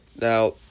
Now